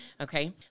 Okay